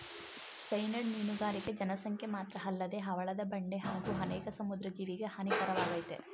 cyanide ಮೀನುಗಾರಿಕೆ ಜನಸಂಖ್ಯೆ ಮಾತ್ರಅಲ್ಲದೆ ಹವಳದ ಬಂಡೆ ಹಾಗೂ ಅನೇಕ ಸಮುದ್ರ ಜೀವಿಗೆ ಹಾನಿಕಾರಕವಾಗಯ್ತೆ